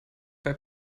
bei